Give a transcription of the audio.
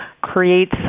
creates